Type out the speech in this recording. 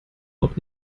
auch